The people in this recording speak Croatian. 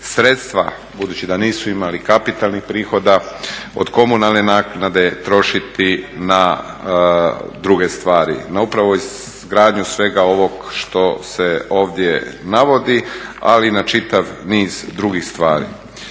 budući da nisu imali kapitalnih prihoda, od komunalne naknade trošiti na druge stvari. No upravo izgradnju svega ovog što se ovdje navodi, ali na čitav niz drugih stvari.